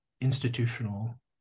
institutional